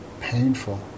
painful